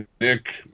nick